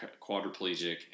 quadriplegic